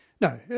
No